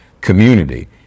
community